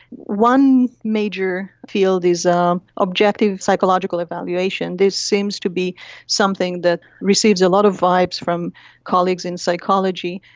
one major field is um objective psychological evaluation. this seems to be something that receives a lot of vibes from colleagues in psychology.